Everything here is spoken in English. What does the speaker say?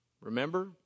remember